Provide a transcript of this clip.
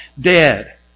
dead